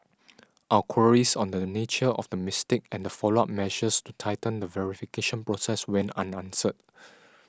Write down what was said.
our queries on the nature of the mistake and the follow up measures to tighten the verification process went unanswered